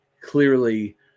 clearly